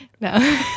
No